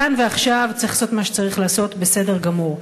כאן ועכשיו צריך לעשות מה שצריך לעשות, בסדר גמור,